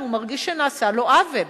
אם הוא מרגיש שנעשה לו עוול.